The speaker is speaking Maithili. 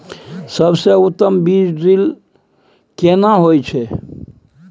सबसे उत्तम बीज ड्रिल केना होए छै?